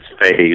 phase